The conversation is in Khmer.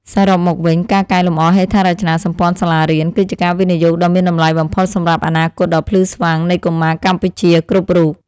សរុបមកវិញ ការកែលម្អហេដ្ឋារចនាសម្ព័ន្ធសាលារៀន គឺជាការវិនិយោគដ៏មានតម្លៃបំផុតសម្រាប់អនាគតដ៏ភ្លឺស្វាងនៃកុមារកម្ពុជាគ្រប់រូប។